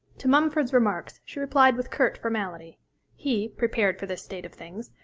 to mumford's remarks she replied with curt formality he, prepared for this state of things,